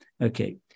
Okay